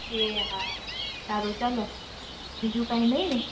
એ હા સારું ચલો બીજું કાંઇ નઇ ને